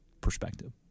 perspective